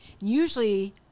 Usually